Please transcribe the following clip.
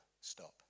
stop